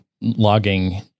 logging